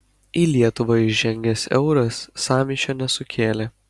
į lietuvą įžengęs euras sąmyšio nesukėlė